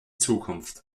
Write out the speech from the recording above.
zukunft